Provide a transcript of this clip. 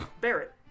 Barrett